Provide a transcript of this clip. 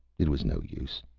it was no use.